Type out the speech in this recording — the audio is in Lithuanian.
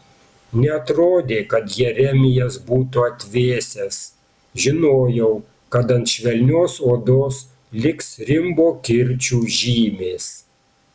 neatrodė kad jeremijas būtų atvėsęs žinojau kad ant švelnios odos liks rimbo kirčių žymės